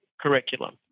curriculum